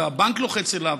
והבנק לוחץ עליו.